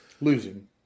losing